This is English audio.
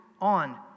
on